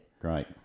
great